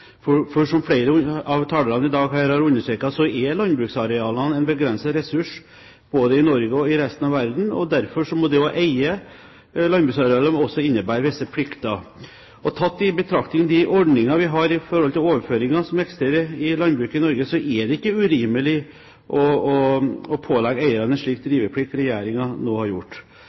eiendomsretten. For som flere av talerne her i dag har understreket, så er landbruksarealene en begrenset ressurs både i Norge og i resten av verden, og derfor må det å eie landbruksarealer også innebære visse plikter. Tatt i betraktning de ordningene vi har når det gjelder overføringer til landbruket i Norge, er det ikke urimelig å pålegge eierne en slik driveplikt som Regjeringen nå har gjort.